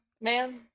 man